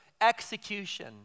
execution